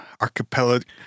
archipelago